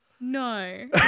no